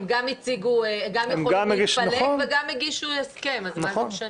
הם גם יכולים להתפלג וגם הגישו הסכם אז מה זה משנה.